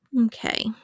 Okay